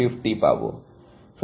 সুতরাং এটি যোগ 650 হবে